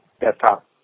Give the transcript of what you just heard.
desktop